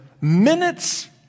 minutes